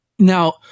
Now